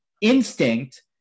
instinct